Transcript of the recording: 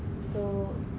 so